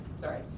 sorry